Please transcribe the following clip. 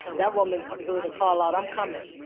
that woman come build a callout, i'm coming.